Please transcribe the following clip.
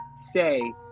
say